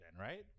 right